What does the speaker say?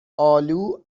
آلو